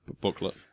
booklet